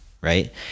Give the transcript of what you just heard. right